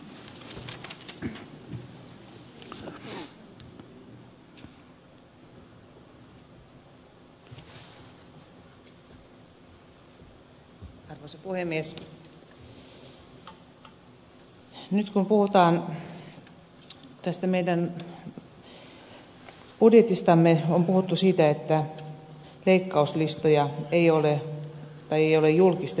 nyt kun puhutaan tästä meidän budjetistamme on puhuttu siitä että leikkauslistoja ei ole julkistettu